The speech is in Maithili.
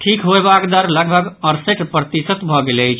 ठीक होयबाक दर लगभग अड़सठि प्रतिशत भऽ गेल अछि